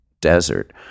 Desert